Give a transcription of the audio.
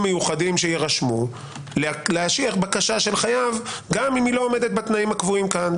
מיוחדים שיירשמו לאשר בקשה של חייב גם אם היא לא עומדת בתנאים הקבועים כאן,